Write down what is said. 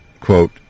quote